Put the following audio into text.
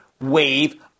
wave